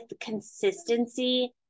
consistency